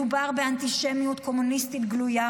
מדובר באנטישמיות קומוניסטית גלויה,